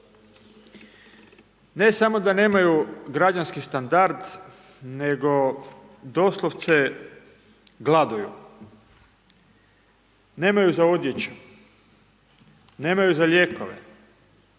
Ne samo da nemaju građanski standard nego doslovce gladuju. Nemaju za odjeću, nemaju za lijekove,